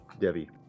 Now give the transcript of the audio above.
Debbie